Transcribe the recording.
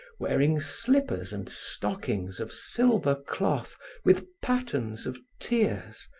wearing slippers and stockings of silver cloth with patterns of tears,